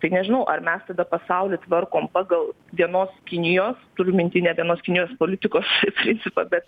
tai nežinau ar mes tada pasaulį tvarkom pagal vienos kinijos turiu minty ne vienos kinijos politikos principą bet